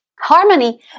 Harmony